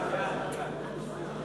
1 2 נתקבלו.